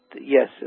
yes